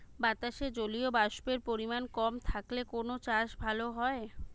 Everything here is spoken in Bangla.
বাতাসে জলীয়বাষ্পের পরিমাণ কম থাকলে কোন চাষ ভালো হয়?